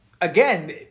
again